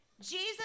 Jesus